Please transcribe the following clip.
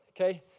okay